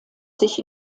sich